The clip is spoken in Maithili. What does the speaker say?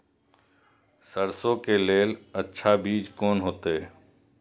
सरसों के लेल अच्छा बीज कोन होते?